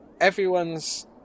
everyone's